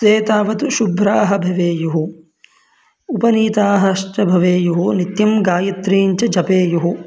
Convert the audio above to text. ते तावत् शुभ्राः भवेयुः उपनीताश्च भवेयुः नित्यं गायत्रीञ्च जपेयुः